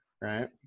Right